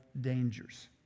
dangers